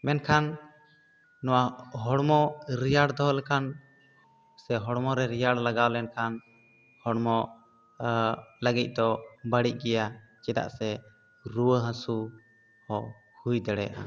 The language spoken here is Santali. ᱢᱮᱱᱠᱷᱟᱱ ᱱᱚᱣᱟ ᱦᱚᱲᱢᱚ ᱨᱮᱭᱟᱲ ᱫᱚᱦᱚ ᱞᱮᱠᱷᱟᱱ ᱥᱮ ᱦᱚᱲᱢᱚ ᱨᱮ ᱨᱮᱭᱟᱲ ᱞᱟᱜᱟᱣ ᱞᱮᱱ ᱠᱷᱟᱱ ᱦᱚᱲᱢᱚ ᱞᱟᱹᱜᱤᱫ ᱫᱚ ᱵᱟᱹᱲᱤᱡ ᱜᱮᱭᱟ ᱪᱮᱫᱟᱜ ᱥᱮ ᱨᱩᱣᱟᱹ ᱦᱟᱹᱥᱩ ᱦᱚᱸ ᱦᱩᱭ ᱫᱟᱲᱮᱭᱟᱜᱼᱟ